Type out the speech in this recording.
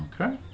Okay